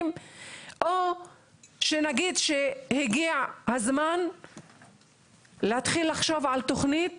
או שנגיד שהגיע הזמן להתחיל לחשוב על תכנית